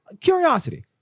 Curiosity